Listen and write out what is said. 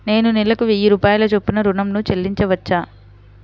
నేను నెలకు వెయ్యి రూపాయల చొప్పున ఋణం ను చెల్లించవచ్చా?